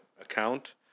account